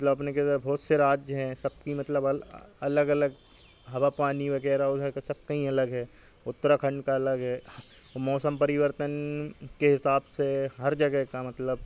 मतलब अपने के इधर बहुत से राज्य हैं सबकी मतलब अलग अलग हवा पानी वग़ैरह उधर का सब का ही अलग है उत्तराखंड का अलग है मौसम परिवर्तन के हिसाब से हर जगह का मतलब